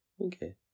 Okay